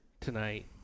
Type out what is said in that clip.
tonight